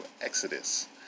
Exodus